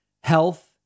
health